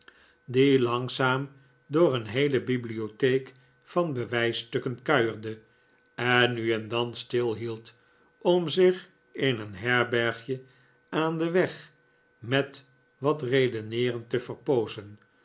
die langzaam door een heele bibliotheek van bewijsstukken kuierde en nu en dan stilhield om zich in een herbergje aan den weg met wat redeneeren te verpoozen